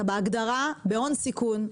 ולומר אתה בהגדרה בהון סיכון,